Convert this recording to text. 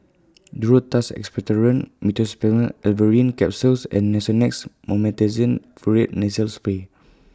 Duro Tuss Expectorant Meteospasmyl Alverine Capsules and Nasonex Mometasone Furoate Nasal Spray